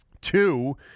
two